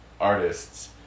artists